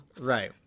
Right